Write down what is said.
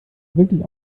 wirklich